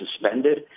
suspended